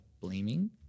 blaming